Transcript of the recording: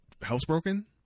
housebroken